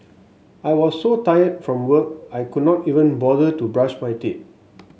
I was so tired from work I could not even bother to brush my teeth